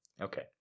Okay